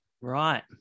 Right